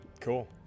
cool